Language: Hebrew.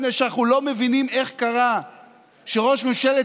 מפני שאנחנו לא מבינים איך קרה שראש ממשלת